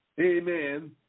amen